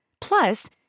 Plus